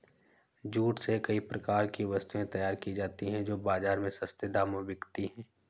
jute से कई प्रकार की वस्तुएं तैयार की जाती हैं जो बाजार में सस्ते दामों में बिकती है